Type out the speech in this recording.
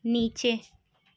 نیچے